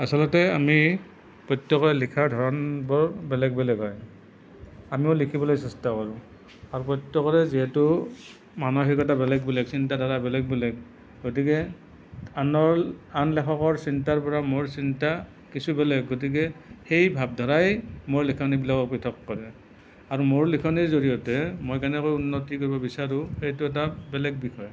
আচলতে আমি প্ৰত্যেকৰে লিখাৰ ধৰণবোৰ বেলেগ বেলেগ হয় আমিও লিখিবলৈ চেষ্টা কৰোঁ আৰু প্ৰত্যেকৰে যিহেতু মানসিকতা বেলেগ বেলেগ চিন্তাধাৰা বেলেগ বেলেগ গতিকে আনৰ আন লেখকৰ চিন্তাৰ পৰা মোৰ চিন্তা কিছু বেলেগ গতিকে সেই ভাৱধাৰাই মোৰ লেখনিবিলাকক পৃথক কৰে আৰু মোৰ লেখনিৰ জৰিয়তে মই কেনেকৈ উন্নতি কৰিব বিচাৰোঁ সেইটো এটা বেলেগ বিষয়